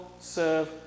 serve